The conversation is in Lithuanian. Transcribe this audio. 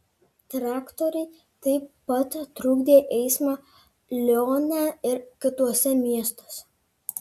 traktoriai taip pat trukdė eismą lione ir kituose miestuose